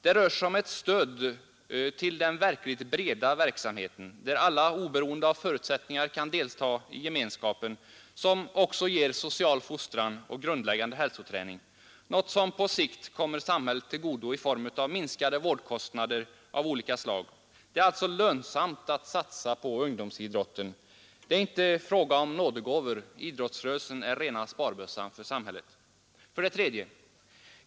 Det rör sig om ett stöd till den verkligt breda verksamheten, där alla oberoende av förutsättningar kan delta i gemenskapen, som också ger social fostran och grundläggande hälsoträning — något som på sikt kommer samhället till godo i form av minskade vårdkostnader av olika slag. Det är alltså lönsamt att satsa på ungdomsidrotten. Det är inte fråga om nådegåvor. Idrottsrörelsen är rena sparbössan för samhället. 3.